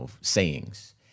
sayings